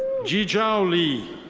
jijao li.